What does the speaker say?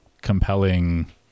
compelling